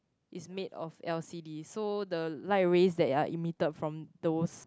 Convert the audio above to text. is made of L_C_D so the light rays that are emitted from those